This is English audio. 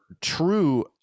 true